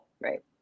right